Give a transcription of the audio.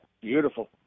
Beautiful